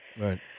Right